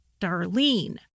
Darlene